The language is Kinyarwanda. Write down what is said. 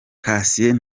cassien